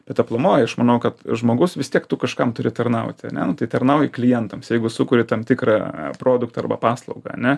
bet aplamai aš manau kad žmogus vis tiek tu kažkam turi tarnauti ane nu tai tarnauji klientams jeigu sukuri tam tikrą produktą arba paslaugą ane